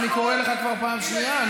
אני קורא אותך כבר פעם שנייה,